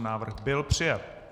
Návrh byl přijat.